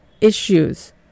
issues